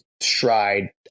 Stride